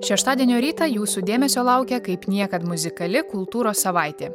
šeštadienio rytą jūsų dėmesio laukia kaip niekad muzikali kultūros savaitė